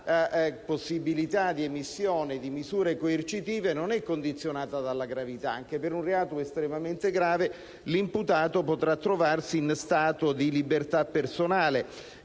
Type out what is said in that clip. La possibilità di emissione di misure coercitive non è quindi condizionata dalla gravità: anche per un reato estremamente grave l'imputato potrà trovarsi in stato di libertà personale